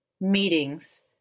Meetings